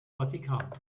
vatikan